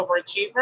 overachiever